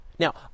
Now